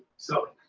so